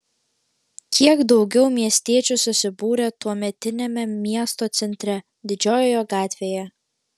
kiek daugiau miestiečių susibūrė tuometiniame miesto centre didžiojoje gatvėje